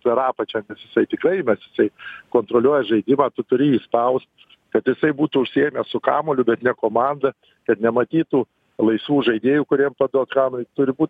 per apačią jisai tikrai įmes jisai kontroliuoja žaidimą tu turi jį spaust kad jisai būtų užsiėmęs su kamuoliu bet ne komanda kad nematytų laisvų žaidėjų kuriem paduot kamuolį turi būt